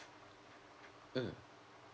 mm